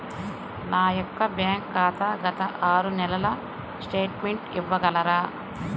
నా యొక్క బ్యాంక్ ఖాతా గత ఆరు నెలల స్టేట్మెంట్ ఇవ్వగలరా?